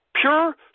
pure